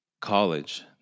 college